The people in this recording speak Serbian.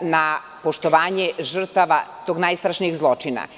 na poštovanje žrtava tog najstrašnijeg zločina.